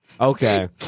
okay